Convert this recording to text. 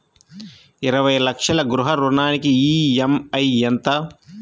ఇరవై లక్షల గృహ రుణానికి ఈ.ఎం.ఐ ఎంత?